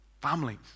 families